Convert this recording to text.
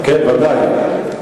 כן, בוודאי.